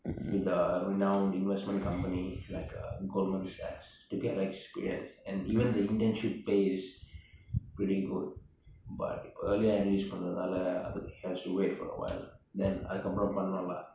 with a renowned investment company like uh goldman sachs to get experience and even the internship pay is pretty good but இப்பொ:ippo early enlist பன்ரனால:pandra naala it has to wait for awhile then அதுக்கப்பரம் பாக்கனும்:athukappro paakanum lah